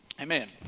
Amen